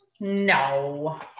No